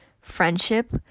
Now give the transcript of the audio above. friendship